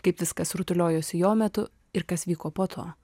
kaip viskas rutuliojosi jo metu ir kas vyko po to